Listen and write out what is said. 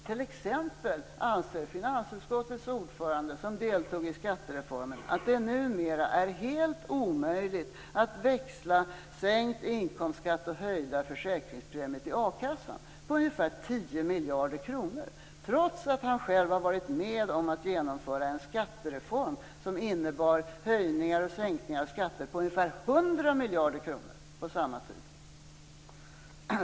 T.ex. anser finansutskottets ordförande, som deltog i skattereformen, att det numera är helt omöjligt att växla mellan sänkt inkomstskatt och höjda försäkringspremier till a-kassan på ungefär 10 miljarder kronor, trots att han själv har varit med om att genomföra en skattereform som innebar höjningar och sänkningar av skatter på ungefär 100 miljarder kronor på samma tid.